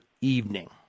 evening